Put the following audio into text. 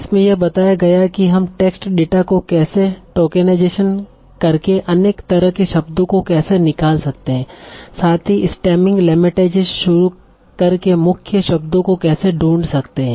इसमें यह बताया गया की हम टेक्स्टडेटा को कैसे टोकेनाइज करके अनेक तरह के शब्दों को कैसे निकाल सकते है साथ ही स्तेम्मिंग लेमाटाईजेशन शुरू कर के मुक्य शब्दों को कैसे ढूंड सकते है